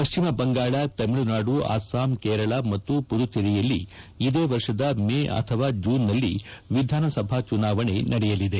ಪಶ್ಲಿಮ ಬಂಗಾಳ ತಮಿಳುನಾಡು ಅಸ್ತಾಂ ಕೇರಳ ಮತ್ತು ಮದಚೇರಿಯಲ್ಲಿ ಇದೇ ವರ್ಷದ ಮೇ ಅಥವಾ ಜೂನ್ನಲ್ಲಿ ವಿಧಾನಸಭೆ ಚುನಾವಣೆ ನಡೆಯಲಿದೆ